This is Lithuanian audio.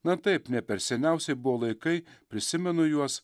na taip ne per seniausiai buvo laikai prisimenu juos